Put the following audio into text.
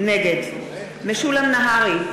נגד משולם נהרי,